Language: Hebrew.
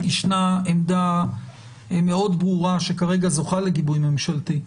ישנה עמדה מאוד ברורה, שכרגע זוכה לגיבוי ממשלתי,